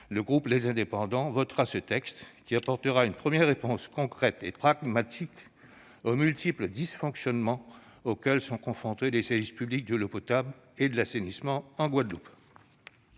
et Territoires votera ce texte, lequel apportera une première réponse concrète et pragmatique aux multiples dysfonctionnements auxquels sont confrontés les services publics de l'eau potable et de l'assainissement en Guadeloupe.